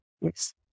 Yes